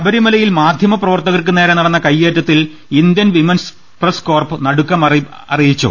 ശബരിമലയിൽ മാധ്യമപ്രവർത്തകർക്കുനേരെ നടന്ന കൈയേറ്റത്തിൽ ഇന്ത്യൻ വിമൻസ് പ്രസ് കോർപ്പ് നടുക്കം അറിയിച്ചു